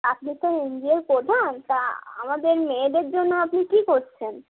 আপনি তো এনজিওর প্রধান তা আ আমাদের মেয়েদের জন্য আপনি কী করছেন